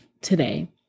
today